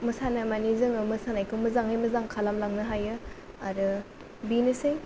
मोसानो माने जोङो मोसानायखौ जोङो मोजाङै मोजां खालामलांनो हायो आरो बेनोसै